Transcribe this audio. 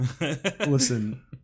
Listen